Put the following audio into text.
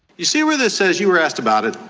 you see where this says you were asked about it,